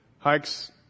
Hikes